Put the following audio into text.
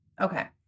Okay